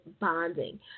bonding